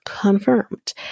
Confirmed